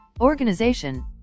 Organization